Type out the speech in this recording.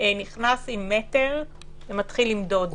נכנס עם מטר ומתחיל למדוד.